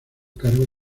cargo